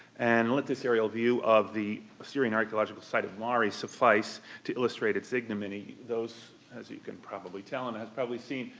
and let this aerial view of the syrian archaeological site of mari suffice to illustrate its ignominy. those as you can probably tell and have probably seen.